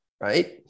right